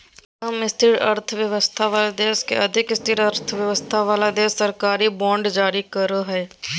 कम स्थिर अर्थव्यवस्था वाला देश के अधिक स्थिर अर्थव्यवस्था वाला देश सरकारी बांड जारी करो हय